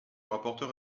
rapporteur